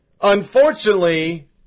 Unfortunately